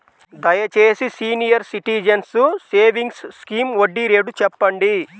దయచేసి senior citizens savings scheme వడ్డీ rate చెప్పండి